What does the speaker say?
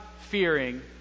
fearing